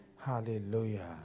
Hallelujah